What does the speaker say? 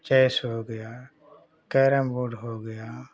chess हो गया carrom board हो गया